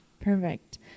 Perfect